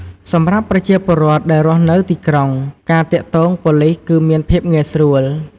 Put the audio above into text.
សម្រាប់ប្រជាពលរដ្ឋដែលរស់នៅទីក្រុង ការទាក់ទងប៉ូលិសគឺមានភាពងាយស្រួល។